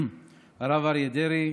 הרב אריה דרעי,